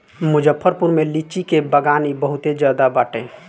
मुजफ्फरपुर में लीची के बगानी बहुते ज्यादे बाटे